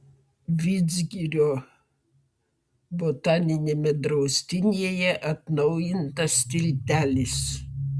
vidzgirio botaniniame draustinyje atnaujintas tiltelis